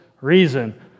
reason